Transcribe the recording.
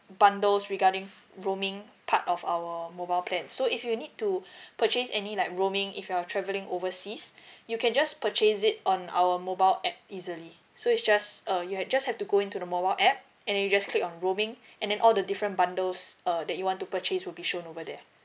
bundles regarding roaming part of our mobile plan so if you need to purchase any like rooming if you're travelling overseas you can just purchase it on our mobile app easily so it's just uh you have just have to go into the mobile app and then you just click on roaming and then all the different bundles err that you want to purchase will be shown over there